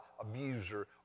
abuser